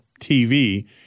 TV